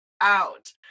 out